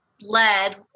led